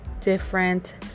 different